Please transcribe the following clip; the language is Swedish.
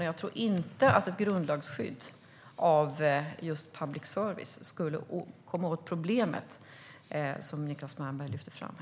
Jag tror inte att ett grundlagsskydd av public service skulle komma åt problemet som Niclas Malmberg lyfter fram.